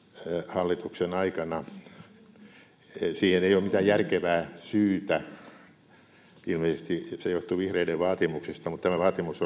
hallituksen aikana siihen ei ole mitään järkevää syytä ilmeisesti se johtui vihreiden vaatimuksesta mutta tämä vaatimus